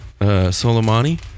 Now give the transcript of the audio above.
Soleimani